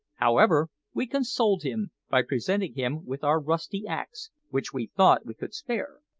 however, we consoled him by presenting him with our rusty axe, which we thought we could spare,